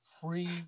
free